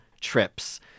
trips